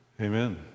Amen